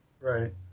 Right